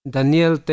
Daniel